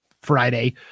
Friday